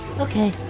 Okay